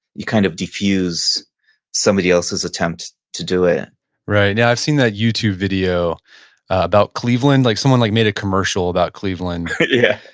you kind of diffuse somebody else's attempt to do it right. yeah i've seen that youtube video about cleveland. like someone like made a commercial about cleveland yeah,